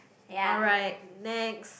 alright next